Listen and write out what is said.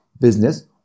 business